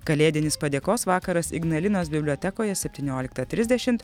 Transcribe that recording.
kalėdinis padėkos vakaras ignalinos bibliotekoje septynioliktą trisdešimt